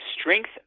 strength